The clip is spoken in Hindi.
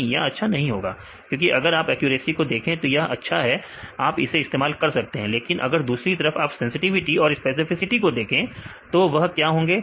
नहीं या अच्छा नहीं होगा क्योंकि अगर आप एक्यूरेसी को देखें तो यह अच्छा है आप इसे इस्तेमाल कर सकते हैं लेकिन अगर दूसरी तरफ आप सेंसटिविटी और स्पेसिफिसिटी तो देखें तो वह क्या होंगे